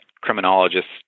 criminologists